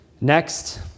Next